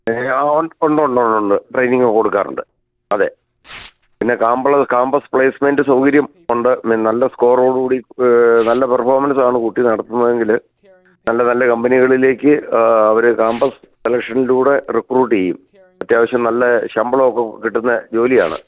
ഏ ആ ഉണ്ട് ഉണ്ട് ഉണ്ട് ഉണ്ട് ഉണ്ട് ട്രൈനിങ്ങൊക്കെ കൊടുക്കാറുണ്ട് അതെ പിന്നെ കാമ്പള് ക്യാമ്പസ് പ്ലേസ്മെൻറ്റ് സൗകര്യം ഉണ്ട് നല്ല സ്കോറോട് കൂടി നല്ല പെർഫോമൻസാണ് കുട്ടി നടത്തുന്നത് എങ്കിൽ നല്ല നല്ല കമ്പനികളിലേക്ക് അവർ ക്യാമ്പസ് സെലക്ഷനിലൂടെ റിക്രൂട്ട് ചെയ്യും അത്യാവശ്യം നല്ല ശമ്പളമൊക്കെ കിട്ടുന്ന ജോലിയാണ്